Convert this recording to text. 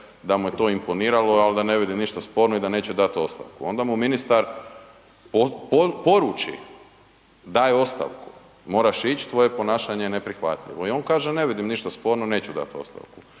da mu je to imponiralo, al da ne vidi ništa sporno i da neće dat ostavku. Onda mu ministar poruči, daj ostavku, moraš ić, tvoje ponašanje je neprihvatljivo i on kaže ne vidim ništa sporno, neću dat ostavku.